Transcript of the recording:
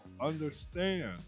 Understand